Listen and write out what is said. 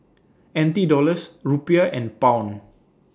N T Dollars Rupiah and Pound